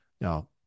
Now